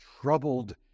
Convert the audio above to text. troubled